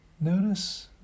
notice